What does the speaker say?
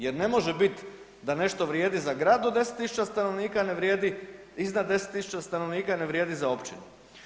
Jer ne može biti da nešto vrijedi za grad od 10 000 stanovnika, ne vrijedi iznad 10 000 stanovnika ne vrijedi za općinu.